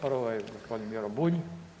Prvo je gospodin Miro Bulj.